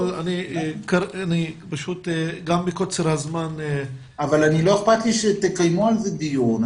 אבל גם מפאת קוצר הזמן --- אבל לא אכפת לי שתקיימו על זה דיון.